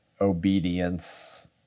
obedience